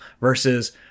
versus